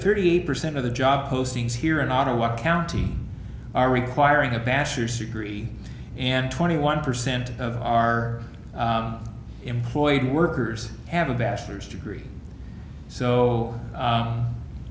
thirty percent of the job postings here in ottawa county are requiring a bachelor's degree and twenty one percent of our employed workers have a bachelor's degree so